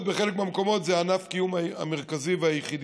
בחלק מהמקומות זה ענף הקיום המרכזי והיחידי.